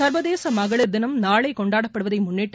சர்வதேச மகளிர் தினம் நாளை கொண்டாடப்படுவதை முன்னிட்டு